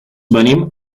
venim